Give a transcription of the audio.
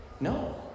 No